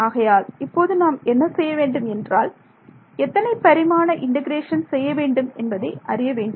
ஆகையால் இப்போது நாம் என்ன செய்ய வேண்டும் என்றால் எத்தனை பரிமாண இண்டெகரேஷன் செய்ய வேண்டும் என்பதை அறிய வேண்டும்